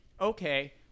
okay